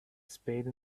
spade